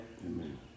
Amen